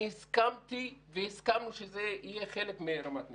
אני הסכמתי והסכמנו שזה יהיה חלק מרמת נגב.